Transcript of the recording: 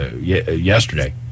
yesterday